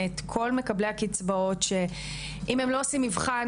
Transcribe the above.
את כל מקבלי הקצבאות שאם הם לא עושים מבחן,